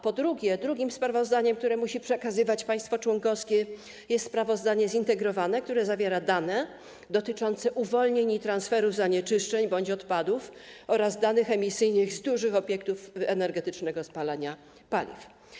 Po drugie, drugim sprawozdaniem, które musi przekazywać państwo członkowskie, jest sprawozdanie zintegrowane, które zawiera dane dotyczące uwolnień i transferu zanieczyszczeń bądź odpadów oraz danych emisyjnych z dużych obiektów energetycznego spalania paliw.